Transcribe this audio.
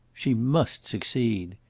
she must succeed.